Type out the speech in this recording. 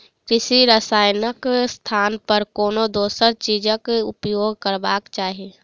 कृषि रसायनक स्थान पर कोनो दोसर चीजक उपयोग करबाक चाही